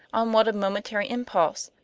on what a momentary impulse.